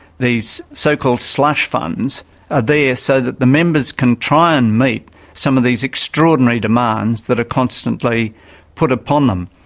these so-called slush funds are there so that the members can try and meet some of these extraordinary demands that are constantly put upon them.